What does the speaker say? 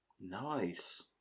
Nice